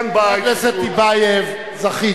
יש ועדת